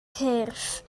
cyrff